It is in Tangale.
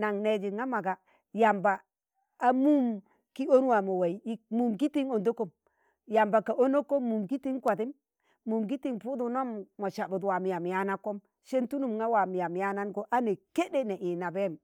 nang neeji nga maga yamba a mum ki onwaa mo waiz ik mum gi tin undokom yamba ka unnoko mum ki tin kwadim mum kitiṇ pudug nam mo sabut waam yam yanakkọm sẹn tulum ṇga waam yam yanangọ a nẹ keɗe na i nabẹim.